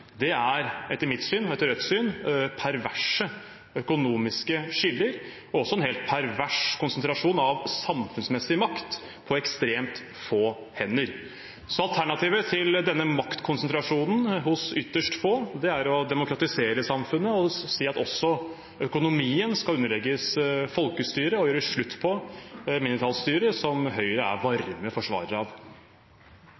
Det er etter mitt og Rødts syn perverse økonomiske skiller, og også en helt pervers konsentrasjon av samfunnsmessig makt på ekstremt få hender. Så alternativet til denne maktkonsentrasjonen hos ytterst få er å demokratisere samfunnet og si at også økonomien skal underlegges folkestyret, og gjøre slutt på mindretallsstyret som Høyre er